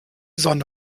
sonne